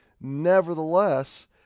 Nevertheless